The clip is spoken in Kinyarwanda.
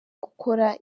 gukora